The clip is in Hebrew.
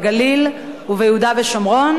בגליל וביהודה ושומרון,